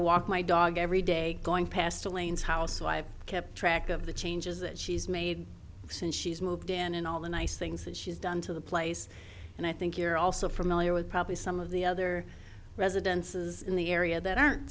walk my dog every day going past the lanes house so i kept track of the changes that she's made since she's moved in and all the nice things that she's done to the place and i think you're also familiar with probably some of the other residences in the area that aren't